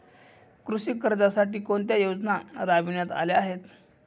कृषी कर्जासाठी कोणत्या योजना राबविण्यात आल्या आहेत?